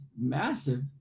massive